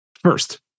First